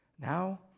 Now